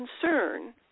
concern